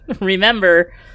remember